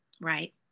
right